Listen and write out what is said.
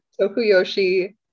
Tokuyoshi